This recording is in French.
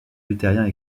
luthériens